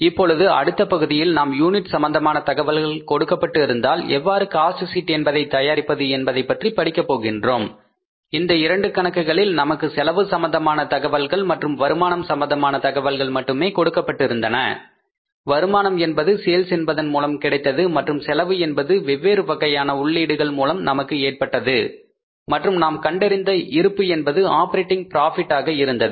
இப்பொழுது அடுத்த பகுதியில் நாம் யூனிட் சம்பந்தமான தகவல்கள் கொடுக்கப்பட்டு இருந்தால் எவ்வாறு காஸ்ட் ஷீட் என்பதை தயாரிப்பது என்பதை பற்றி படிக்க போகின்றோம் இந்த இரண்டு கணக்குகளில் நமக்கு செலவு சம்பந்தமான தகவல்கள் மற்றும் வருமானம் சம்பந்தமான தகவல்கள் மட்டுமே கொடுக்கப்பட்டிருந்தன வருமானம் என்பது சேல்ஸ் என்பதன் மூலம் கிடைத்தது மற்றும் செலவு என்பது வெவ்வேறு வகையான உள்ளீடுகள் மூலம் நமக்கு ஏற்பட்டது மற்றும் நாம் கண்டறிந்த இருப்பு என்பது ஆப்பரேட்டிங் ப்ராபிட்டாக இருந்தது